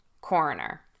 coroner